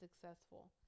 successful